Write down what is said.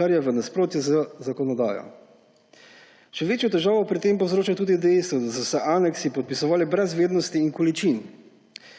kar je v nasprotju z zakonodajo. Še večjo težavo pri tem povzroča tudi dejstvo, da so se aneksi podpisovali brez vrednosti in količin.